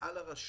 על הרשות,